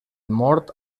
mort